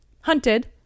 hunted